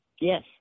Yes